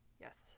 yes